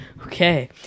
Okay